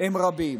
הם רבים.